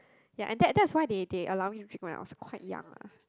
ya and that that's why they they allow me drink when I was quite young ah